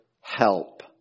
help